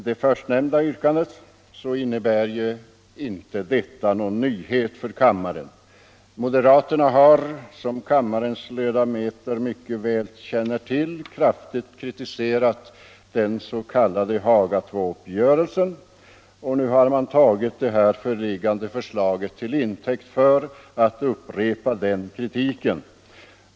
Det förstnämnda yrkandet innebär inte någon nyhet för kammarens ledamöter. Moderaterna har som bekant kraftigt kritiserat den s.k. Haga II-uppgörelsen, och nu har man tagit det föreliggande förslaget till intäkt för att upprepa den kritiken.